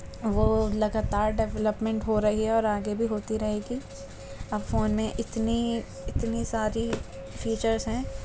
وہ لگاتار ڈیولپمنٹ ہو رہی ہے اور لگاتار ہوتی رہے گی اب فون میں اتنی اتنی ساری فیچرس ہیں